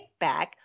kickback